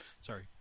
Sorry